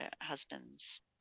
husband's